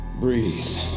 breathe